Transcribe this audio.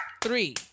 Three